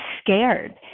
scared